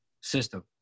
system